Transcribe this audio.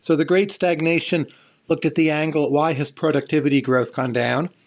so the great stagnation looked at the angle at why has productivity growth gone down.